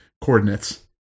coordinates